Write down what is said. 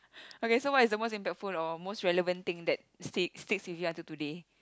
okay so what is the most impactful or most relevant thing that stick sticks with you until today